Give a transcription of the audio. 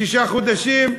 שישה חודשים.